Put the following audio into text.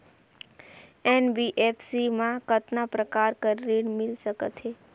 NBFC मा कतना प्रकार कर ऋण मिल सकथे?